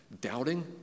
doubting